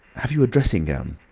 have you a dressing-gown?